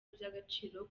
iby’agaciro